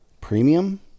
premium